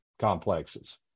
complexes